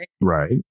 Right